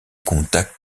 contacts